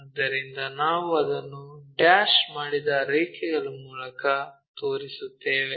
ಆದ್ದರಿಂದ ನಾವು ಅದನ್ನು ಡ್ಯಾಶ್ ಮಾಡಿದ ರೇಖೆಗಳ ಮೂಲಕ ತೋರಿಸುತ್ತೇವೆ